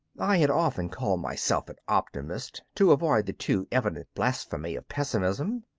i had often called myself an optimist, to avoid the too evident blasphemy of pessimism.